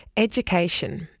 education,